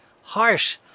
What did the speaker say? harsh